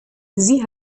sie